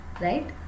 Right